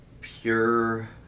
pure